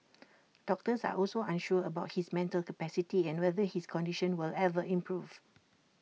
doctors are also unsure about his mental capacity and whether his condition will ever improve